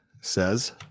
says